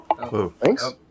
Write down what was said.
Thanks